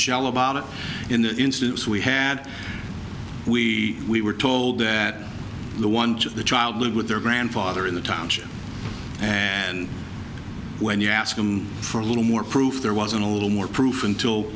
michelle about it in the instance we had we were told that the one of the child lived with their grandfather in the township and when you ask them for a little more proof there wasn't a little more proof until